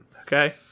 Okay